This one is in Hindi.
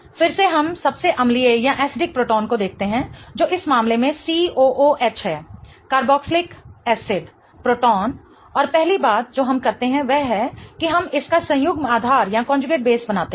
फिर से हम सबसे अम्लीय प्रोटॉन को देखते हैं जो इस मामले में COOH है कार्बोक्जिलिक एसिडअम्ल प्रोटॉन और पहली बात जो हम करते हैं वह है कि हम इसका संयुग्म आधार बनाते हैं